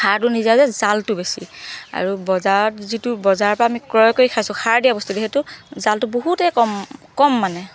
সাৰটো নিদিয়াকৈ জালটো বেছি আৰু বজাৰত যিটো বজাৰৰ পা আমি ক্ৰয় কৰি খাইছোঁ সাৰ দিয়া বস্তু যিহেতু জালটো বহুতেই কম কম মানে